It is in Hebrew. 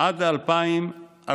עד 2,000,